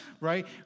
right